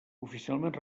oficialment